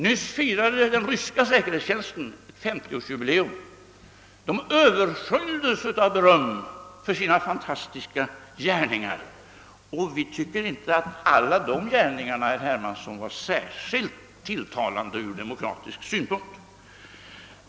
Nyss firade också den ryska säkerhetstjänsten 50-årsjubileum och överhöljdes då av beröm för sina fantastiska gärningar. Men vi tycker inte, herr Hermansson, att alla de gärningarna har varit särskilt tilltalande ur demokratisk synpunkt.